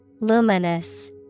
Luminous